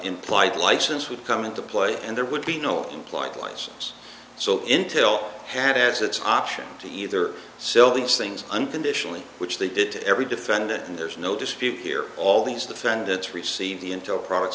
implied license would come into play and there would be no implied license so intel has its option to either sell these things unconditionally which they did to every defendant and there's no dispute here all these defendants receive the intel products